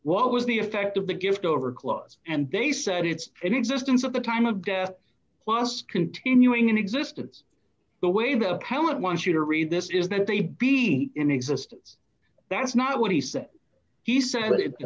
what was the effect of the gift over clause and they said it's in existence at the time of death plus continuing in existence the way the account wants you to read this is that they be in existence that's not what he said he said it